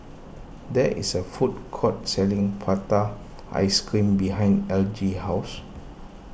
there is a food court selling Prata Ice Cream Behind Elgie house